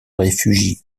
réfugie